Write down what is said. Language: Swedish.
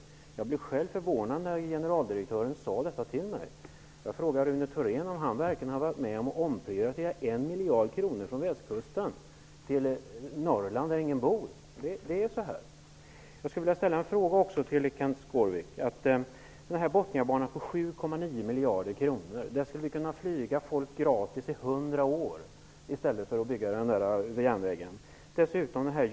Jag blev själv förvånad när generaldirektören berättade detta för mig. Jag frågade Rune Thorén om han verkligen hade varit med om att omprioritera 1 miljard kronor från västkusten till Norrland där ingen bor. Jag vill rikta mig till Kenth Skårvik. För de 7,9 miljarder kronor som det kostar att bygga Bothniabanan skulle vi i stället kunna låta folk få flyga gratis i hundra år.